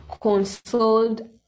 consoled